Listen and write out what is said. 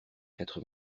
quatre